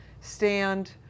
stand